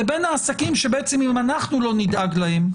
לבין העסקים שאם אנחנו לא נדאג להם,